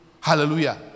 Hallelujah